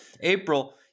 April